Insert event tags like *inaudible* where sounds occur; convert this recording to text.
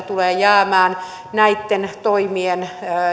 *unintelligible* tulee jäämään näitten toimien